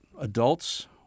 adults